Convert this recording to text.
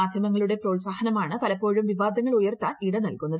മാധ്യമങ്ങളുടെ പ്രോത്സാഹനമാണ് പില്പ്പോഴും വിവാദങ്ങൾ ഉയർത്താൻ ഇട നൽകുന്നത്